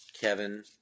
Kevin